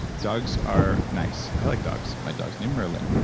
dogs are nice. i like dogs. my dog's named merlin.